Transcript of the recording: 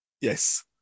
Yes